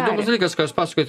įdomus dalykas ką jūs pasakojat